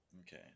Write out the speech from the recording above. okay